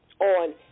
on